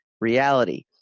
reality